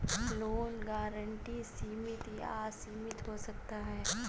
loan guarantee सीमित या असीमित हो सकता है